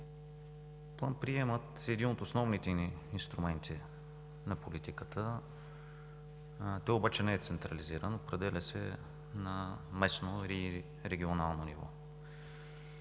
план-приемът е един от основните ни инструменти на политиката, той обаче не е централизиран, определя се на местно или регионално ниво.